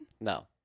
No